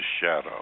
shadow